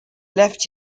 left